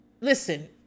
Listen